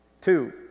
two